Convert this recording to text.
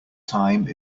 time